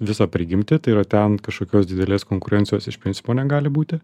visą prigimtį tai yra ten kažkokios didelės konkurencijos iš principo negali būti